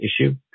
issue